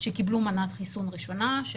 שקיבלו מנת חיסון ראשונה.